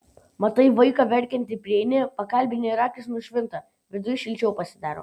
matai vaiką verkiantį prieini pakalbini ir akys nušvinta viduj šilčiau pasidaro